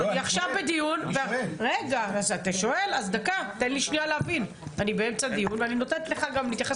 אני באמצע דיון ואני נותנת לך להתייחס